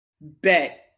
bet